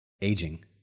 Aging